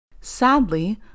Sadly